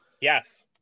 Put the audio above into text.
yes